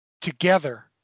together